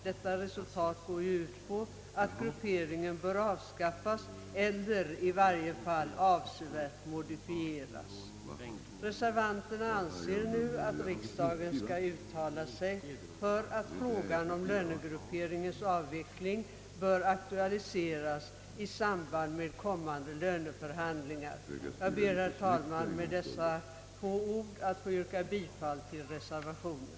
Detta resultat går ju ut på att grupperingen bör avskaffas eller i varje fall avsevärt modifieras. Reservanterna anser att riksdagen skall uttala sig för att frågan om lönegrupperingens avveckling bör aktualiseras i samband med kommande löneförhandlingar. Herr talman! Jag ber med dessa få ord att få yrka bifall till reservationen.